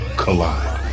collide